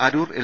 Aroor L